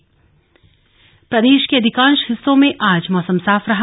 मौसम प्रदेश के अधिकांश हिस्सों में आज मौसम साफ रहा